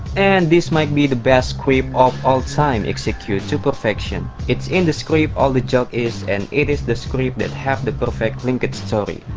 and this might be the best script of all time execute to perfection. it's in the script all the joke is and it is the script that have the perfect linked story.